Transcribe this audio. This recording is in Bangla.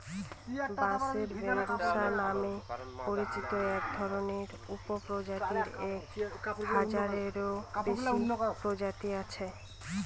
বাঁশের ব্যম্বুসা নামে পরিচিত একধরনের উপপ্রজাতির এক হাজারেরও বেশি প্রজাতি আছে